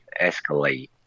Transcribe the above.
escalate